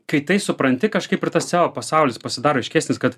kai tai supranti kažkaip ir tas seo pasaulis pasidaro aiškesnis kad